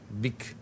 big